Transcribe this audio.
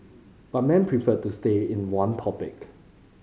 but men prefer to stay in one topic